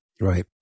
Right